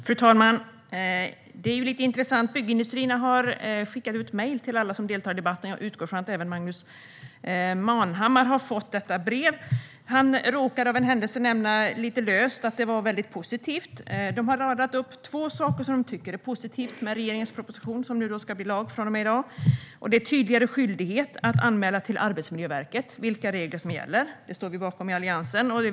Fru talman! Det här är intressant. Sveriges Byggindustrier har skickat mejl till alla som deltar i debatten. Jag utgår från att även Magnus Manhammar har fått detta mejl. Han råkar nämna lite löst att de är väldigt positiva. De har radat upp två saker som de tycker är positiva med regeringens proposition, som alltså ska bli lag från och med i dag. Det gäller tydligare skyldighet att anmäla till Arbetsmiljöverket vilka regler som gäller. Det står vi i Alliansen bakom.